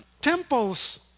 Temples